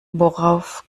worauf